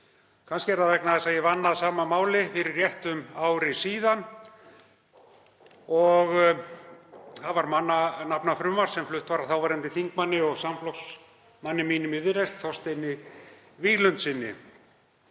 Kannski er það vegna þess að ég vann að sama máli fyrir rétt um ári síðan. Það var mannanafnafrumvarp sem flutt var af þáverandi þingmanni og samflokksmanni mínum í Viðreisn, Þorsteini Víglundssyni.